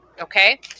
Okay